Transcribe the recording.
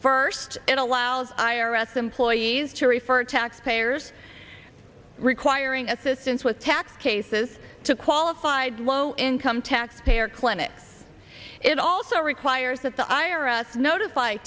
first it allows i r s employees to refer taxpayers requiring assistance with tax cases to qualified low income tax payer clinics it also requires that the i r s notify